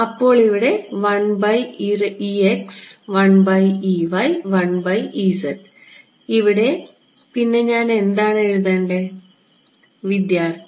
അപ്പോൾ ഇവിടെ പിന്നെ ഇവിടെ ഞാൻ എന്താണ് എഴുതേണ്ടത്